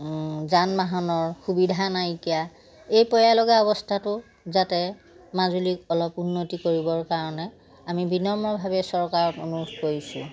যান বাহনৰ সুবিধা নাইকিয়া এই পয়ালগা অৱস্থাটো যাতে মাজুলীক অলপ উন্নতি কৰিবৰ কাৰণে আমি বিনম্ৰভাৱে চৰকাৰত অনুৰোধ কৰিছোঁ